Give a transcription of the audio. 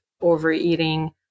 overeating